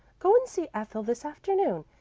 go and see ethel this afternoon,